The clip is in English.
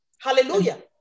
Hallelujah